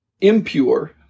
impure